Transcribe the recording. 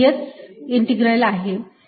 ds integral आहे